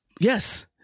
Yes